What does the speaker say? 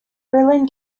berlin